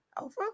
alpha